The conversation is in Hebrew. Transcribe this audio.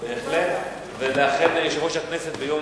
בהחלט, ולכן יושב-ראש הכנסת, ביום